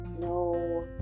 No